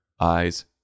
eyes